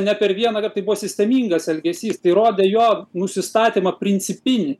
ne per vieną tai buvo sistemingas elgesys tai rodė jo nusistatymą principinį